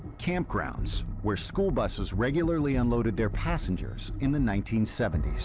campgrounds where school buses regularly unloaded their passengers in the nineteen seventy